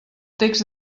text